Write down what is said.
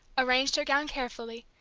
arranged her gown carefully,